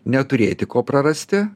neturėti ko prarasti